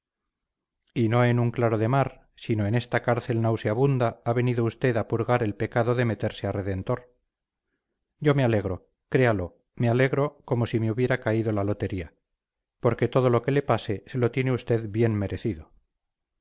y no en un claro mar sino en esta cárcel nauseabunda ha venido usted a purgar el pecado de meterse a redentor yo me alegro créalo me alegro como si me hubiera caído la lotería porque todo lo que le pase se lo tiene usted bien merecido